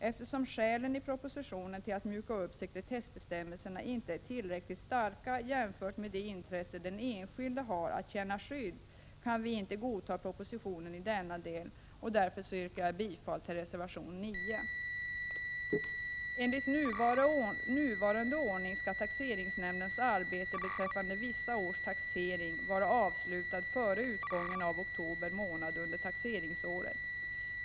Eftersom skälen i propositionen till att mjuka upp sekretessbestämmelserna inte är tillräckligt starka jämfört med det intresse den enskilde har av att känna skydd, kan vi inte godta propositionen i denna del, och därför yrkar jag bifall till reservation 9. Enligt nuvarande ordning skall taxeringsnämndens arbete beträffande visst års taxering vara avslutat före utgången av oktober månad under taxeringsåret.